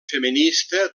feminista